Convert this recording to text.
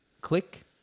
click